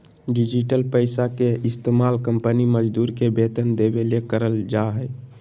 digital पैसा के इस्तमाल कंपनी मजदूर के वेतन देबे ले करल जा हइ